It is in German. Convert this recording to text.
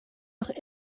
auch